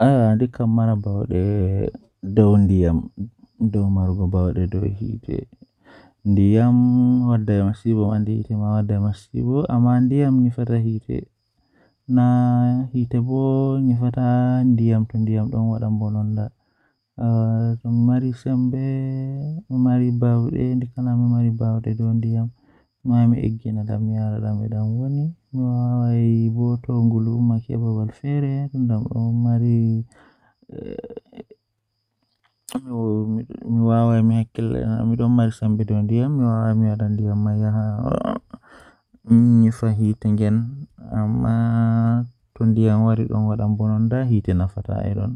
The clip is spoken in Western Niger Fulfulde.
Ko ngal waɗi haɗiiɗe ɓurɗo doole ngal ngonaaɓe so makko waɗi ngonaa e nder balɗe leydi aduna. Ko ɗum waɗani ngam hakkilgol cuɗii aduna, waɗduɗe no feewi e firdude leɗɗe e mum. Internet ngal waɗi kammuuji jogoriɗi hayru ngal ngam waɗde ngonaa e heɓde fayde e rewbhe e keewal leydi aduna